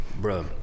bro